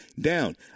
down